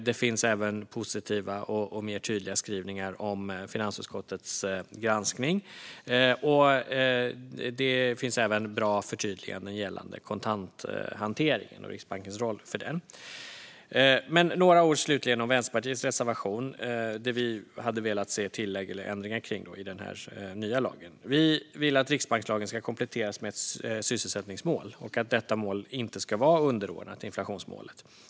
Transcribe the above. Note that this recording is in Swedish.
Det finns även positiva och mer tydliga skrivningar om finansutskottets granskning, och det finns bra förtydliganden gällande kontanthanteringen och Riksbankens roll för den. Några ord slutligen om Vänsterpartiets reservation där vi framför att vi hade velat se tillägg eller ändringar i den nya lagen: Vi vill att riksbankslagen ska kompletteras med ett sysselsättningsmål och att detta mål inte ska vara underordnat inflationsmålet.